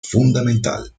fundamental